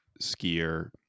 skier